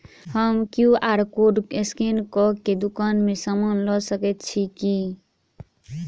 हम QR code scan कऽ केँ दुकान मे समान लऽ सकैत छी की?